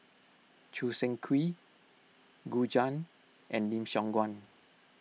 Choo Seng Quee Gu Juan and Lim Siong Guan